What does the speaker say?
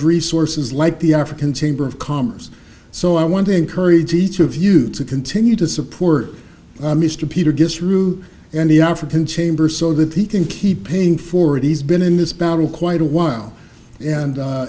resources like the african chamber of commerce so i want to encourage each of you to continue to support mr peter gets rude and the african chamber so that he can keep paying for it he's been in this battle quite a while and